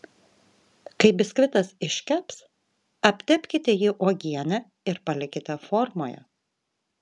kai biskvitas iškeps aptepkite jį uogiene ir palikite formoje